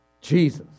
Jesus